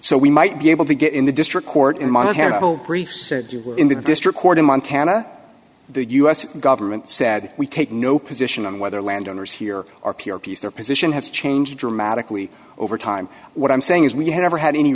so we might be able to get in the district court in montana bill said you were in the district court in montana the us government said we take no position on whether landowners here are pure peace their position has changed dramatically over time what i'm saying is we have never had any